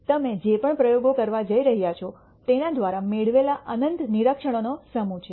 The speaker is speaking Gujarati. તમે જે પણ પ્રયોગો કરવા જઇ રહ્યા છો તેના દ્વારા મેળવેલા અનંત નિરીક્ષણોનો સમૂહ છે